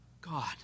God